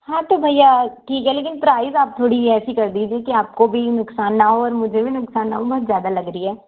हाँ तो भैया ठीक है लेकिन प्राइस आप थोड़ी ऐसी कर दीजिए कि आपको भी नुकसान ना हो और मुझे भी नुकसान ना हो बहुत ज़्यादा लग रही है